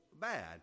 bad